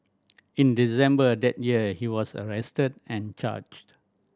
in December that year he was arrested and charged